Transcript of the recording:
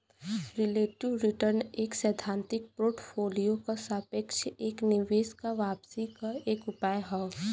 relative return एक सैद्धांतिक portfolio क सापेक्ष एक निवेश क वापसी क एक उपाय हौ